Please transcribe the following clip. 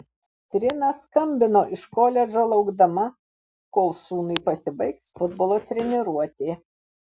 trina skambino iš koledžo laukdama kol sūnui pasibaigs futbolo treniruotė